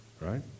Right